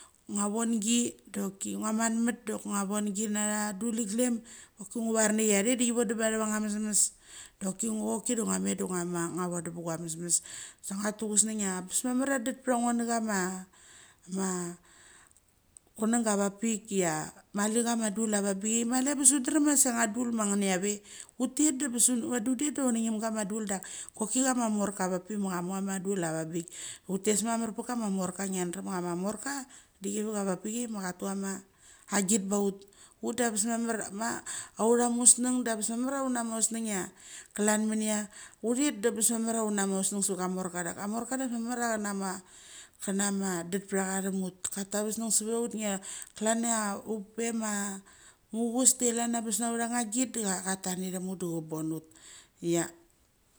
Ngua vongi, doki ngua matmet de ngua vongi natha duliglem dungar nichi chia chaet de chi vodam batheva mesmes. Doki ngo choki. De ngo met de ngua ma ngua tuguesneng chia bes mamar chia det pathango thechama ma chununga avapik chia mali chama morka avapik ma chamu bachama morka nigiadrem chia chama morka dechevicha avapik ma cha tuchama agit baut. Ut dangebes mamar ma mauthamusneng da bes mamar chia una musneng chia chlan mania. Utet da angebes mamar chia morka da ngebes chia cha nama, cha nama det pathacha themut chai thauseng sevetha utchia chaln chia pa mamuchucus chlan chia angebes na authanga git de cha tath ngatham ut.